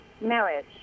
marriage